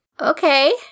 Okay